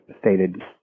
stated